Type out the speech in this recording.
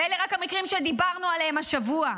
ואלה רק המקרים שדיברנו עליהם השבוע.